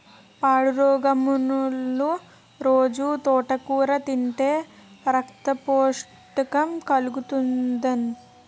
పాండురోగమున్నోలు రొజూ తోటకూర తింతే రక్తపుష్టి కలుగుతాది